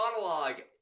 monologue